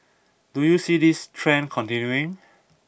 do you see this trend continuing